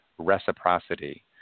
reciprocity